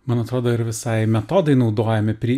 man atrodo ir visai metodai naudojami pri